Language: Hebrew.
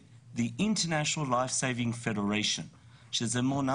saving federation , שיש בו יותר